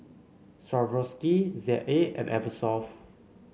Swarovski Z A and Eversoft